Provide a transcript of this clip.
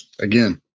again